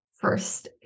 first